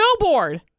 Snowboard